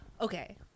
Okay